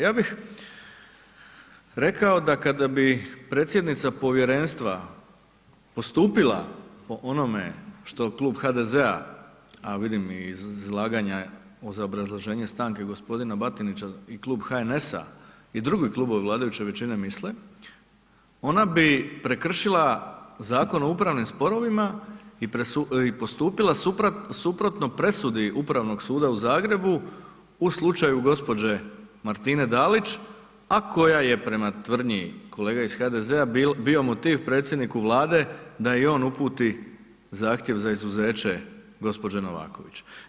Ja bih rekao da kada bi predsjednica povjerenstva postupila po onome što Klub HDZ-a, a vidim i iz izlaganja uz obrazloženje stanke g. Batinića i Klub HNS-a i drugi klubovi vladajuće većine misle, ona bi prekršila Zakon o upravnim sporovima i postupila suprotno presudi Upravnog suda u Zagrebu u slučaju gđe. Martine Dalić, a koja je prema tvrdnji kolega iz HDZ-a bio motiv predsjedniku Vlade da i on uputi zahtjev za izuzeće gđe. Novaković.